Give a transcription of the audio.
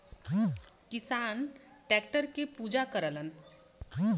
किसान टैक्टर के पूजा करलन